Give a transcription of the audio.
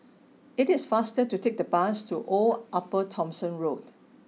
it is faster to take the bus to Old Upper Thomson Road